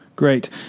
Great